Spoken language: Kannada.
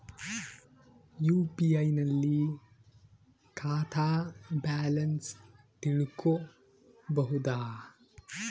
ಯು.ಪಿ.ಐ ನಲ್ಲಿ ಖಾತಾ ಬ್ಯಾಲೆನ್ಸ್ ತಿಳಕೊ ಬಹುದಾ?